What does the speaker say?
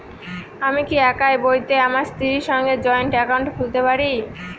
আমি কি একই বইতে আমার স্ত্রীর সঙ্গে জয়েন্ট একাউন্ট করতে পারি?